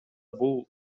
бул